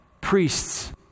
priests